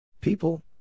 People